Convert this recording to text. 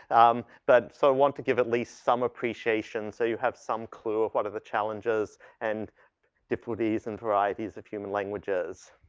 um, but so i wanna give at least some appreciation so you have some clue of what are the challenges and difficulties and varieties of human languages.